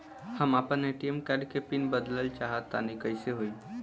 हम आपन ATM card के पीन बदलल चाहऽ तनि कइसे होई?